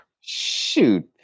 Shoot